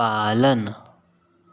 पालन